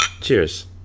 Cheers